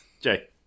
Jay